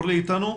אורלי איתנו?